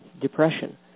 depression